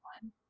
one